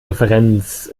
referenz